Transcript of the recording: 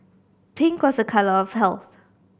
pink was a colour of health